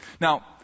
now